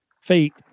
feet